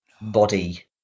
body